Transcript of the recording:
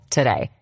today